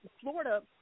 Florida